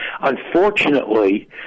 unfortunately